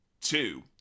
two